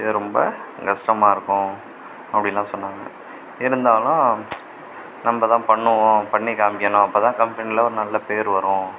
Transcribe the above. இது ரொம்ப கஷ்டமாயிருக்கும் அப்படின்னுலாம் சொன்னாங்க இருந்தாலும் நம்ம தான் பண்ணுவோம் பண்ணி காமிக்கணும் அப்போ தான் கம்பெனியில் ஒரு நல்ல பேர் வரும்